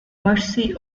mercy